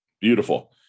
Beautiful